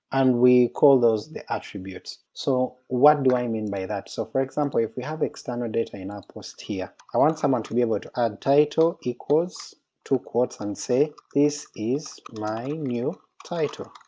and we call those the attributes. so what do i mean by that? so for example if we have external data in our post here, i want someone to be able to add title equals two quotes and say this is my new title,